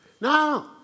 No